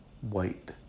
White